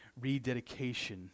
rededication